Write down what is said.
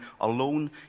alone